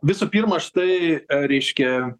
visų pirma aš tai reiškia